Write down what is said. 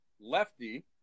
Lefty